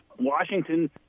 Washington